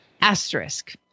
Asterisk